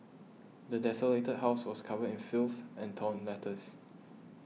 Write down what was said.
the desolated house was covered in filth and torn letters